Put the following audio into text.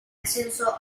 ascenso